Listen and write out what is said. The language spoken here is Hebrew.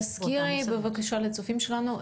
תזכירי בבקשה לצופים שלנו,